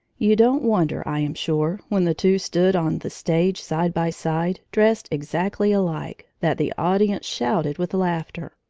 you don't wonder, i am sure, when the two stood on the stage, side by side, dressed exactly alike, that the audience shouted with laughter.